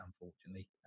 unfortunately